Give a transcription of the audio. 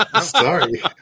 Sorry